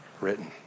written